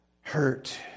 hurt